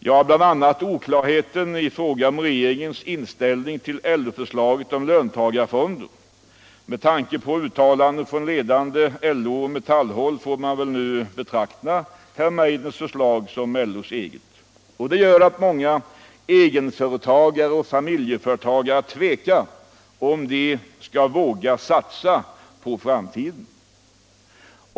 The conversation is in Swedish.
Jo, bl.a. oklarheten i fråga om regeringens inställning till LO-förslaget om löngagarfonder — med tanke på uttalanden från ledande LO och Metallhåll får väl nu herr Meidners förslag betraktas som LO:s eget — gör att många egenföretagare och familjeföretagare är osäkra på om de skall våga satsa på framtiden.